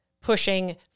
pushing